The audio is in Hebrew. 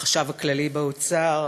החשב הכללי באוצר,